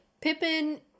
Pippin